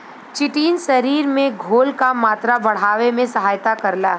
chitin शरीर में घोल क मात्रा बढ़ावे में सहायता करला